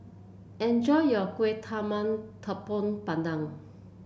enjoy your Kuih Talam Tepong Pandan